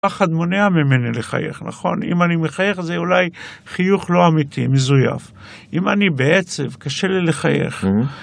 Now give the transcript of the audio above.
פחד מונע ממני לחייך, נכון? אם אני מחייך זה אולי חיוך לא אמיתי, מזויף, אם אני בעצב קשה לי לחייך.